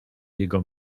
jego